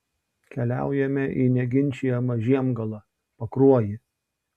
keliaujame į neginčijamą žiemgalą pakruojį